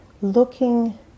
looking